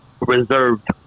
reserved